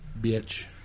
Bitch